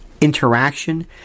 interaction